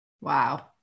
Wow